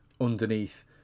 underneath